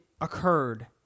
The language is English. occurred